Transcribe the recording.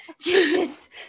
Jesus